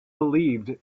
believed